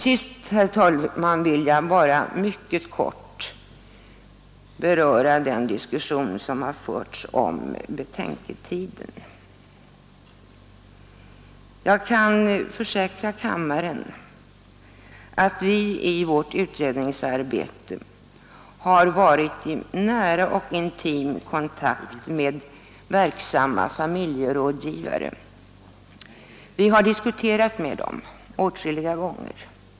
Slutligen vill jag mycket kort beröra den diskussion som förts om betänketiden. "Jag kan försäkra kammarens ledamöter att vi i vårt utredningsarbete har varit i nära och intim kontakt med verksamma familjerådgivare och diskuterat med dem åtskilliga gånger.